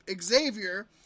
Xavier